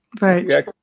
Right